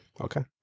Okay